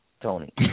Tony